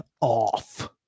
off